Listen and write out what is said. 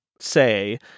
say